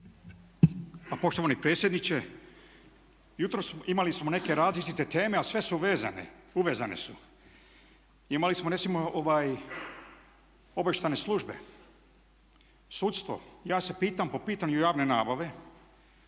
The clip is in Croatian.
Pa poštovani predsjedniče, jutros smo imali neke različite teme a sve su vezane, uvezane su. Imali smo recimo obavještajne službe, sudstvo i ja se pitam po pitanju javne nabave